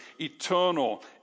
eternal